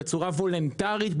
בצורה וולונטרית,